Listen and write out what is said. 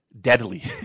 Deadly